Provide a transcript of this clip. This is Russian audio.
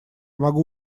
могу